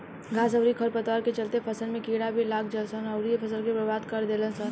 घास अउरी खर पतवार के चलते फसल में कीड़ा भी लाग जालसन अउरी फसल के बर्बाद कर देलसन